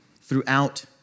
throughout